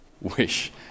wish